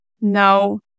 No